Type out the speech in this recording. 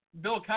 Bill